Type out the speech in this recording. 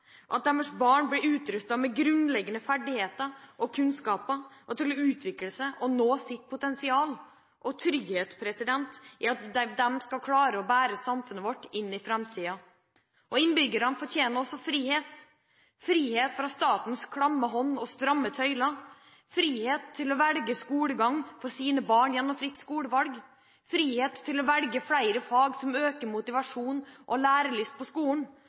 at deres barn blir utrustet med grunnleggende ferdigheter og kunnskaper til å utvikle seg og nå sitt potensial, trygghet i at de skal klare å bære samfunnet vårt inn i framtiden. Innbyggerne fortjener også frihet – frihet fra statens klamme hånd og stramme tøyler, frihet til å velge skolegang for sine barn gjennom fritt skolevalg, frihet til å velge flere fag som øker motivasjonen og lærelyst på skolen,